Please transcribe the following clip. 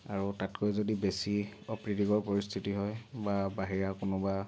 আৰু তাতকৈ যদি বেছি অপ্ৰীতিকৰ পৰিস্থিতি হয় বা বাহিৰা কোনোবা